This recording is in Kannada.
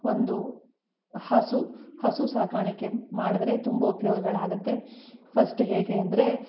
ಒಂದು ಹಸು ಹಸು ಸಾಕಾಣಿಕೆ ಮಾಡಿದ್ರೆ ತುಂಬ ಉಪಯೋಗಗಳಾಗುತ್ತೆ ಫಸ್ಟ್ ಹೇಗೆ ಅಂದರೆ